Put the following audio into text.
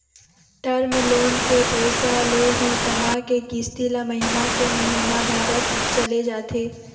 term loan के पइसा ले ही कमा के किस्ती ल महिना के महिना भरत चले जाथे